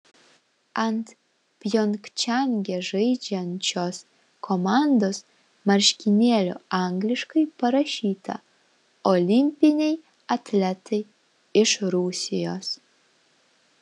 ant pjongčange žaidžiančios komandos marškinėlių angliškai parašyta olimpiniai atletai iš rusijos